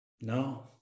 No